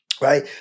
right